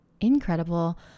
incredible